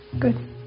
Good